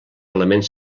elements